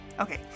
Okay